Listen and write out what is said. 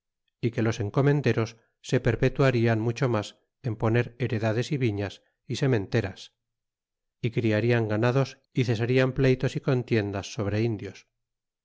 y que los encomenderos se perpetuarian mucho mas en poner heredades y viñas y sementeras y criarian ganados y cesarian pleytos y contiendas sobre indios